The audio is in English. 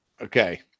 Okay